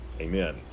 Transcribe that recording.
Amen